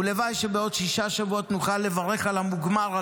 והלוואי שבעוד שישה שבועות נוכל לברך על המוגמר,